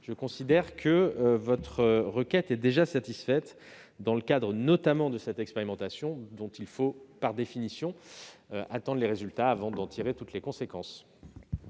je considère que votre requête est déjà satisfaite, notamment dans le cadre de cette expérimentation dont il faut, par définition, attendre les résultats avant d'en tirer toutes les conséquences.